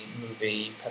movie